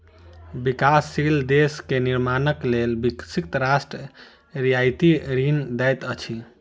विकासशील देश के निर्माणक लेल विकसित राष्ट्र रियायती ऋण दैत अछि